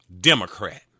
Democrat